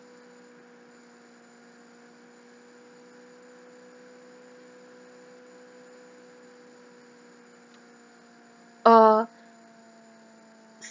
uh